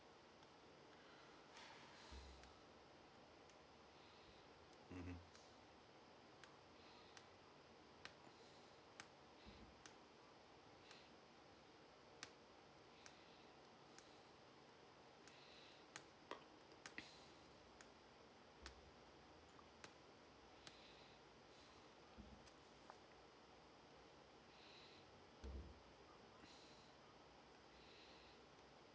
mmhmm